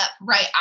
right